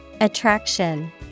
Attraction